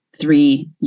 three